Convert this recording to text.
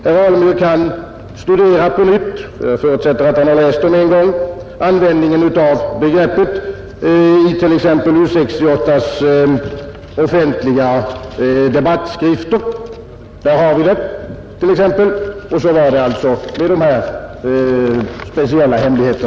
Herr Alemyr kan studera användningen av begreppet på nytt — jag förutsätter att han en gång har läst dem — i t.ex. U 68:s offentliga debattskrifter. Så var det alltså med dessa speciella hemligheter!